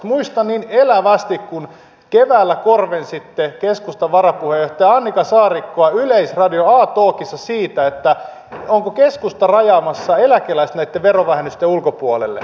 muistan niin elävästi kun keväällä korvensitte keskustan varapuheenjohtaja annika saarikkoa yleisradion a talkissa siitä onko keskusta rajaamassa eläkeläiset näitten verovähennysten ulkopuolelle